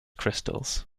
crystals